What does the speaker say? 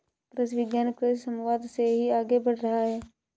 कृषि विज्ञान कृषि समवाद से ही आगे बढ़ रहा है